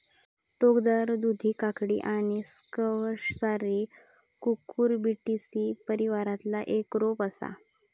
टोकदार दुधी काकडी आणि स्क्वॅश सारी कुकुरबिटेसी परिवारातला एक रोप असा